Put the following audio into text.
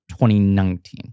2019